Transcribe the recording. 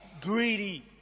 greedy